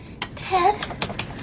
Ted